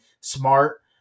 Smart